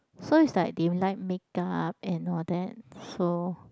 so is like they like make up and all that so